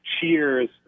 cheers